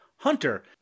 hunter